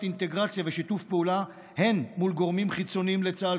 אינטגרציה ושיתוף פעולה הן מול גורמים חיצוניים לצה"ל,